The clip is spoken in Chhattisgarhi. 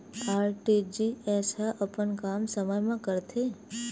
आर.टी.जी.एस ह अपन काम समय मा करथे?